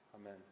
Amen